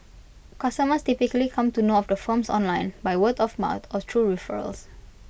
customers typically come to know of the firms online by word of mouth or through referrals